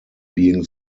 being